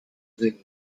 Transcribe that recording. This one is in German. sind